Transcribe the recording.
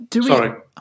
Sorry